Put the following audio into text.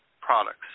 products